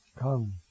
come